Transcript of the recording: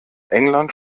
england